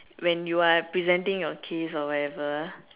when you are presenting your case or whatever